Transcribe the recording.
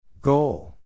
Goal